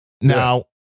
Now